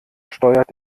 steuert